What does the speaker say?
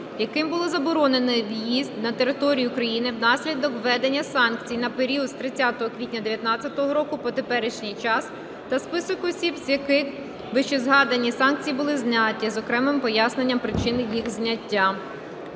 яким був заборонений в'їзд на територію України, внаслідок введення санкцій, на період з 30 квітня 2019 року по теперішній час, та список осіб, з яких вищезазначені санкції були зняті, з окремим поясненням причин їх зняття.